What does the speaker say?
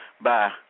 Bye